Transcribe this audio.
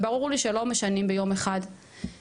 וברור לי שלא משנים ביום אחד דברים.